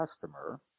customer